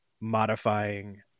modifying